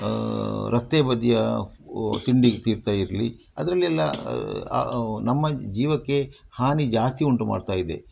ರಸ್ತೆ ಬದಿಯ ತಿಂಡಿ ತೀರ್ಥ ಇರಲಿ ಅದರಲ್ಲೆಲ್ಲ ನಮ್ಮ ಜೀವಕ್ಕೆ ಹಾನಿ ಜಾಸ್ತಿ ಉಂಟು ಮಾಡ್ತಾಯಿದೆ